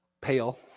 pale